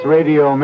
Radio